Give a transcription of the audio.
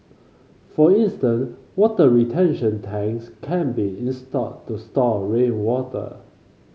for instance water retention tanks can be installed to store rainwater